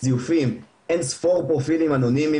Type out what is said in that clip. זיופים אינספור פרופילים אנונימיים